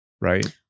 right